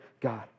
God